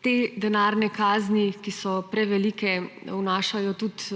te denarne kazni, ki so prevelike, vnašajo tudi